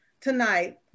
tonight